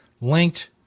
linked